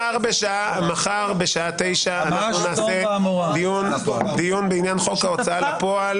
מחר בשעה 9:00 אנחנו נקיים דיון בעניין חוק ההוצאה לפועל.